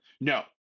No